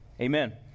Amen